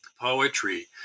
poetry